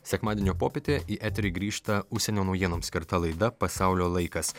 sekmadienio popietę į eterį grįžta užsienio naujienoms skirta laida pasaulio laikas